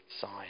side